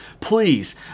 Please